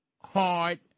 hard